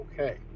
Okay